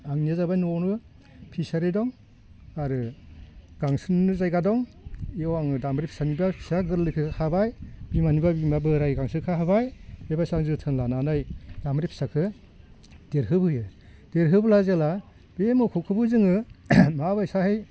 आंनिया जाबाय न'आवनो फिचारि दं आरो गांसोनिनो जायगा दं बेयाव आङो दामब्रि फिसानिबा फिसा गोरलैखौ हाबाय बिमानिबा बिमा बोराय गांसोखो हाबाय बेबायसा आं जोथोन लानानै दाब्रि फिसाखौ देरहोबोयो देरहोब्ला जेब्ला बे मोसौखौबो जोङो मा बायसाहाय